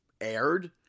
aired